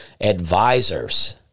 advisors